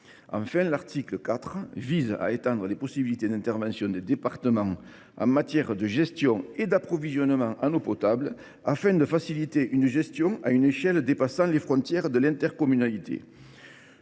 l’article 4 vise à étendre les possibilités d’intervention des départements en matière de gestion et d’approvisionnement en eau potable, afin de faciliter une gestion à une échelle dépassant les frontières de l’intercommunalité.